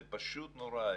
זה פשוט נורא.